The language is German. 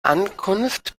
ankunft